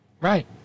Right